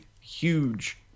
huge